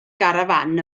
garafán